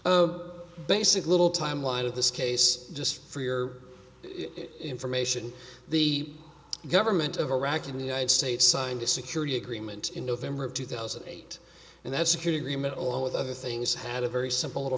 instead basic little timeline of this case just for your information the government of iraq in the united states signed a security agreement in november of two thousand and eight and that secured agreement all of the other things had a very simple little